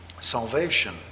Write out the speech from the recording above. Salvation